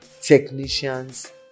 technicians